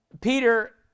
Peter